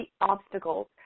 obstacles